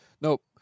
nope